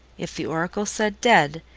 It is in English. if the oracle said dead,